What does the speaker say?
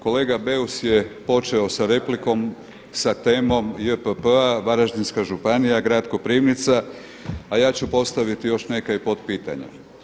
Kolega Beus je počeo sa replikom, sa temom JPP-a Varaždinska županija, Grad Koprivnica, a ja ću postaviti neka i potpitanja.